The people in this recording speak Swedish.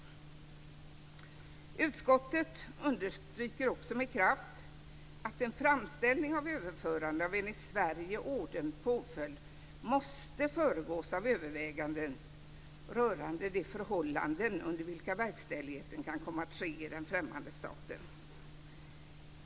Vidare understryker utskottet med kraft att en framställning om överförande av en i Sverige ådömd påföljd måste föregås av överväganden rörande de förhållanden under vilka verkställigheten kan komma att ske i den främmande staten.